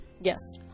Yes